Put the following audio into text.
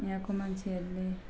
यहाँको मान्छेहरूले